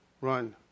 run